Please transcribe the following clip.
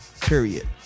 Period